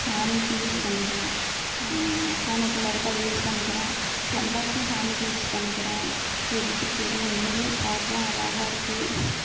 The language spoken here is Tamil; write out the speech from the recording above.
சாமிக்கு யூஸ் பண்ணிக்கலாம் சா சாமி கும்புறப்போ அதை யூஸ் பண்ணிக்கிறோம் செம்பருத்தி சாமிக்கு யூஸ் பண்ணிக்கிறோம் செடிக்கு செடியும் வந்துருது பார்க்கவும் அழகா இருக்கு